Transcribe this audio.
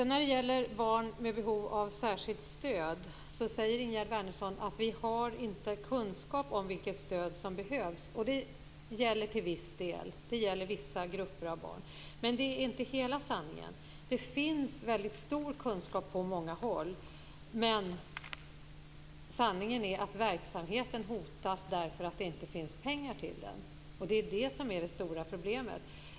När det gäller barn med behov av särskilt stöd säger Ingegerd Wärnersson att vi har inte kunskap om vilket stöd som behövs. Det stämmer till viss del. Det gäller vissa grupper av barn. Men det är inte hela sanningen. På många håll finns det en väldigt stor kunskap. Men sanningen är att verksamheterna hotas därför att det inte finns pengar till dem. Det är det som är det stora problemet.